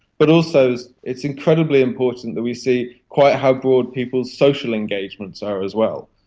but also it's incredibly important that we see quite how broad people's social engagements are as well,